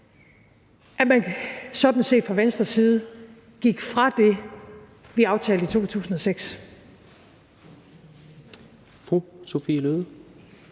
at man sådan set fra Venstres side gik fra det, vi aftalte i 2006. Kl. 22:50 Tredje